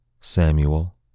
Samuel